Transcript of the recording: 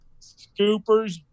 Scoopers